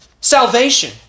Salvation